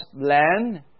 land